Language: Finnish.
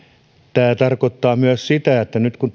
tämä tarkoittaa myös sitä että nyt kun